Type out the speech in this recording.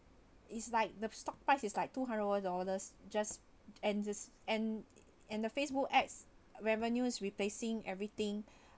it's like the stock price is like two hundred over dollars just and it's and and the facebook ads revenues replacing everything